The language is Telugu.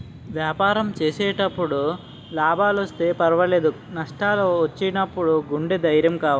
వ్యాపారం చేసేటప్పుడు లాభాలొస్తే పర్వాలేదు, నష్టాలు వచ్చినప్పుడు గుండె ధైర్యం కావాలి